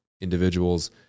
individuals